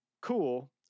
cool